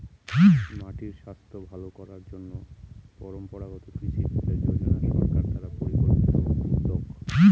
মাটির স্বাস্থ্য ভালো করার জন্য পরম্পরাগত কৃষি বিকাশ যোজনা সরকার দ্বারা পরিকল্পিত উদ্যোগ